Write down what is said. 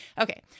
Okay